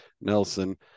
Nelson